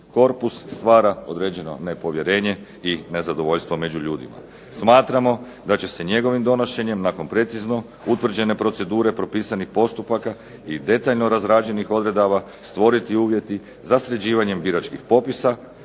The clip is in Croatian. korpus, stvara određeno nepovjerenje i nezadovoljstvo među ljudima. Smatramo da će se njegovim donošenjem nakon precizno utvrđene procedure propisanih postupaka i detaljno razrađenih odredaba stvoriti uvjeti za sređivanjem biračkih popisa,